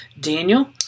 Daniel